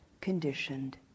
conditioned